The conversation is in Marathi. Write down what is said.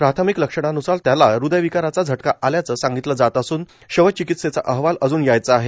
प्राथमिक लक्षणान्सार त्याला हृदय विकाराच झटका आल्याचं सांगितला जात असून शवचिकित्सेचा अहवाल अजून यायचा आहे